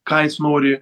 ką jis nori